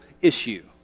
issue